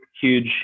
huge